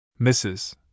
Mrs